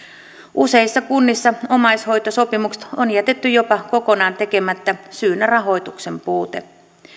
useissa kunnissa omaishoitosopimukset on jätetty jopa kokonaan tekemättä syynä rahoituksen puute